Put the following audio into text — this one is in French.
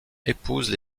épousent